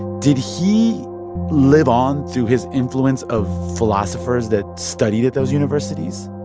did he live on through his influence of philosophers that studied at those universities?